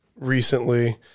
recently